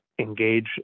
engage